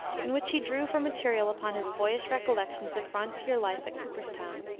in which he drew for material upon his boyish recollections of frontier life at cooperstown.